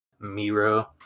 Miro